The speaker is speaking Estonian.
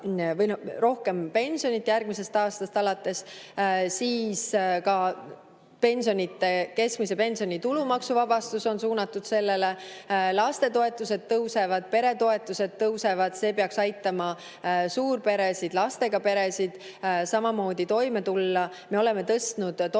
rohkem pensioni järgmisest aastast alates, ka keskmise pensioni tulumaksuvabastus on suunatud sellele. Lastetoetused tõusevad, peretoetused tõusevad, see peaks aitama suurperesid ja lastega peresid samamoodi toime tulla. Me oleme tõstnud toimetulekutoetust